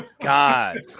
God